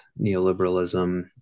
neoliberalism